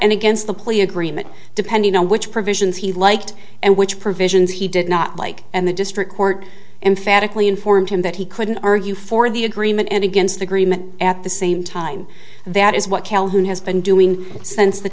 and against the plea agreement depending on which provisions he liked and which provisions he did not like and the district court emphatically informed him that he couldn't argue for the agreement and against agreement at the same time that is what calhoun has been doing since the